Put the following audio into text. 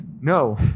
no